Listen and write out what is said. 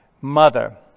mother